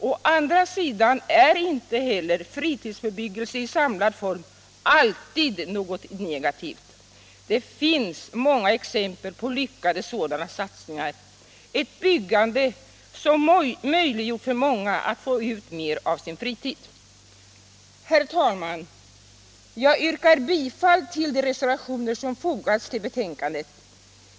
Å andra sidan är inte heller fritidsbebyggelsen i samlad form alltid något negativt. Det finns många exempel på lyckade sådana satsningar — ett byggande som möjliggjort för många att få ut mer av sin fritid. Herr talman! Jag yrkar bifall till de reservationer som fogats till betänkandet.